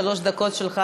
שלוש דקות שלך,